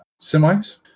semis